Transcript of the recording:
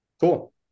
cool